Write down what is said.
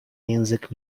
język